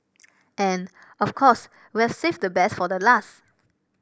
and of course we'll save the best for the last